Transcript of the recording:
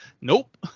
Nope